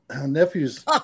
nephew's